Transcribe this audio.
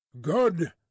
Good